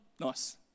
Nice